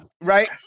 Right